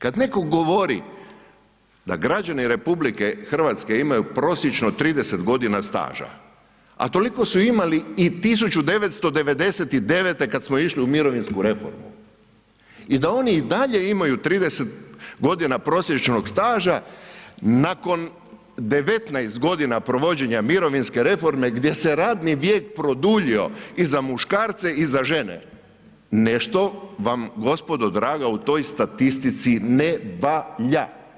Kad netko govori da građani RH imaju prosječnu 30 g. staža a toliko su imali i 1999. kad smo išli u mirovinsku reformu i da oni i dalje imaju 30 g. prosječnog staža, nakon 19 g. provođenja mirovinske reforme gdje se radni vijek produljio i za muškarce i za žene, nešto vam gospodo draga, u toj statistici ne valja.